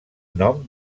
nom